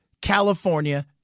California